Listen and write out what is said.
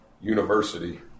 university